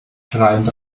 schreiend